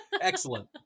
Excellent